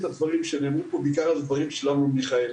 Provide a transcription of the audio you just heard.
הדברים שנאמרו פה בעיקר על ידי אמנון מיכאל,